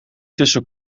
tussen